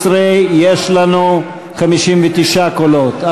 15 יש לנו 59 קולות,